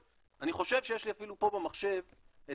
אני חושב שיש לי אפילו פה במחשב את